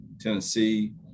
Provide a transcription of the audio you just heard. Tennessee